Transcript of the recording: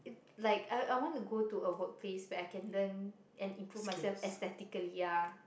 like I I want to go to a workplace where I can learn and improve myself aesthetically ya